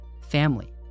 family